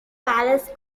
palace